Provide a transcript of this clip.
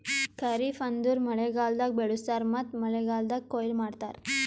ಖರಿಫ್ ಅಂದುರ್ ಮಳೆಗಾಲ್ದಾಗ್ ಬೆಳುಸ್ತಾರ್ ಮತ್ತ ಮಳೆಗಾಲ್ದಾಗ್ ಕೊಯ್ಲಿ ಮಾಡ್ತಾರ್